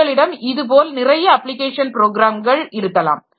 உங்களிடம் இதுபோல் நிறைய அப்ளிகேஷன் ப்ரோக்ராம்கள் இருக்கலாம்